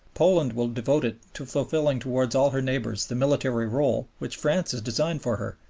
poland will devote it to fulfilling towards all her neighbors the military role which france has designed for her,